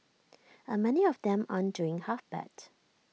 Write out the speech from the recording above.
and many of them aren't doing half bad